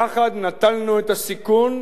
יחד נטלנו את הסיכון.